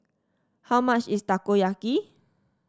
how much is Takoyaki